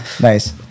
nice